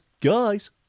guys